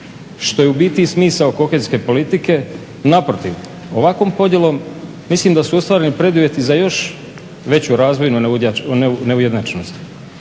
što je u biti smisao kohejske politike? Naprotiv, ovakvom podjelom mislim su ostvareni preduvjeti za još veću razvojnu neujednačenost.